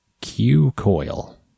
Q-coil